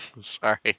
Sorry